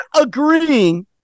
agreeing